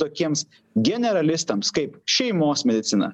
tokiems generalistams kaip šeimos medicina